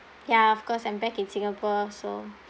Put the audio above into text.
ya of course I'm back in singapore so